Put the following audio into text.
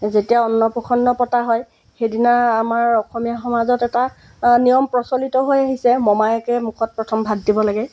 যেতিয়া অন্নপ্ৰাশন পতা হয় সেইদিনা আমাৰ অসমীয়া সমাজত এটা নিয়ম প্ৰচলিত হৈ আহিছে মমায়কে মুখত প্ৰথম ভাত দিব লাগে